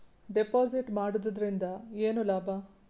Deposit ಮಾಡುದರಿಂದ ಏನು ಲಾಭ?